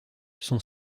son